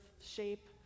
shape